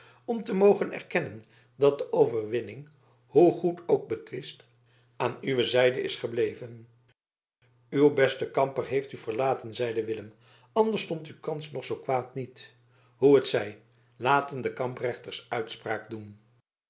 om te mogen erkennen dat de overwinning hoe goed ook betwist aan uwe zijde is verbleven uw beste kamper heeft u verlaten zeide willem anders stond uw kans nog zoo kwaad niet hoe het zij laten de kamprechters uitspraak doen